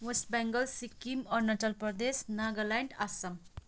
West Bengal Sikkim Arunachal Pradesh Nagaland Assam